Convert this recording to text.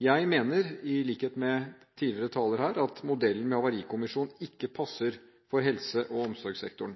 Jeg mener, i likhet med tidligere taler her, at modellen med havarikommisjon ikke passer for helse- og omsorgssektoren.